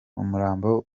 umurambo